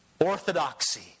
Orthodoxy